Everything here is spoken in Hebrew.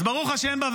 אז ברוך השם,